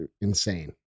insane